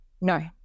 No